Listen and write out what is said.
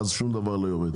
ואז שום דבר לא יורד.